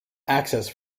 access